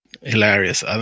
Hilarious